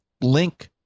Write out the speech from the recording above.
link